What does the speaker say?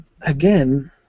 Again